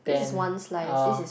ten oh